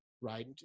right